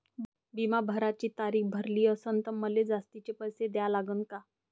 बिमा भराची तारीख भरली असनं त मले जास्तचे पैसे द्या लागन का?